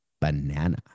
banana